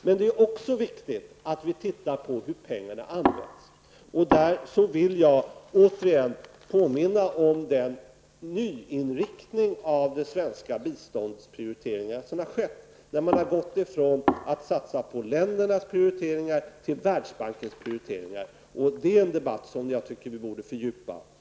Men det är också viktigt att vi tittar på hur pengarna används, och där vill jag igen påminna om den nya inriktning som har skett av de svenska biståndsprioriteringarna. Man har gått ifrån att satsa på ländernas prioriteringar och över till att satsa på Världsbankens prioriteringar. Det är en debatt som jag tycker att vi borde fördjupa i framtiden.